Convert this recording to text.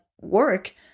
work